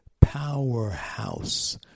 powerhouse